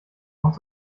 auch